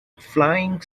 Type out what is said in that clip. flying